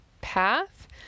path